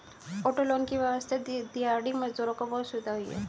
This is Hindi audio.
ऑटो लोन की व्यवस्था से दिहाड़ी मजदूरों को बहुत सुविधा हुई है